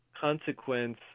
consequence